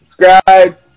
subscribe